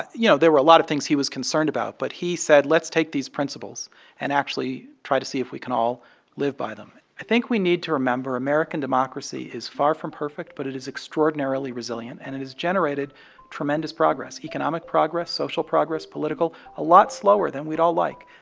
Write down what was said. you know, there were a lot of things he was concerned about. but he said, let's take these principles and actually try to see if we can all live by them. i think we need to remember american democracy is far from perfect, but it is extraordinarily resilient. and it has generated tremendous progress economic progress, social progress, political a lot slower than we'd all like.